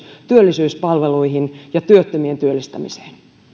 työllisyyspalveluihin ja työttömien työllistämiseen